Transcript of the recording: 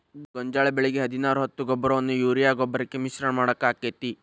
ಗೋಂಜಾಳ ಬೆಳಿಗೆ ಹದಿನಾರು ಹತ್ತು ಗೊಬ್ಬರವನ್ನು ಯೂರಿಯಾ ಗೊಬ್ಬರಕ್ಕೆ ಮಿಶ್ರಣ ಮಾಡಾಕ ಆಕ್ಕೆತಿ?